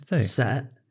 set